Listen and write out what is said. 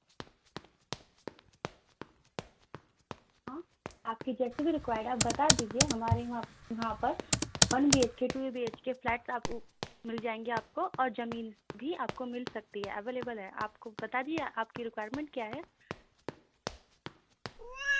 ہاں آپ کی جیسی بھی رکوائر ہے آپ بتا دیجیے ہمارے یہاں یہاں پر one B H K two B H K flats آپ مل جائیں گے آپ کو اور زمین بھی آپ کو مل سکتی ہے اویلیبل ہے آپ کو بتا دیا آپ کی ریکوائرمنٹ کیا ہے